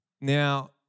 Now